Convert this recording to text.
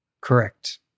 Correct